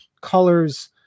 colors